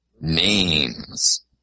Names